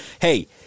hey